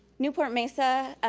newport-mesa,